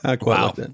Wow